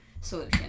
solution